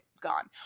gone